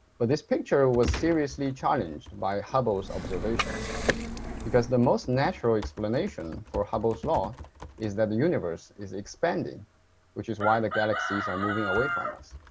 but this picture was seriously challenged by hubble's observations because the most natural explanation for hubble's law is that the universe is expanding which is why the galaxies are moving away from us.